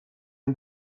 این